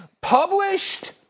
published